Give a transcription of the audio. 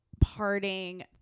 parting